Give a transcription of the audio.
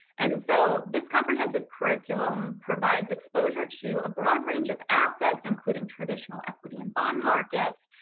and so this comprehensive curriculum provides exposure to a broad range of assets, including traditional equity in bond markets,